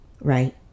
right